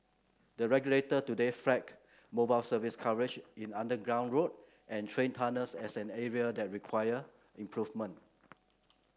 the regulator today flagged mobile service coverage in underground road and train tunnels as an area that required improvement